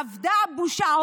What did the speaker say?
אבדה הבושה.